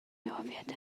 هویت